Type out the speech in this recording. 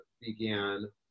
began